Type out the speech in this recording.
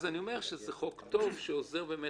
זה חוק טוב, שעוזר לחייב,